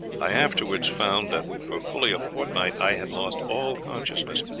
i afterwards found that for fully a fortnight i had lost all consciousness